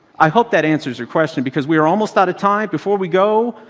i hope that answers your question because we're almost out of time. before we go,